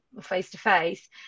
face-to-face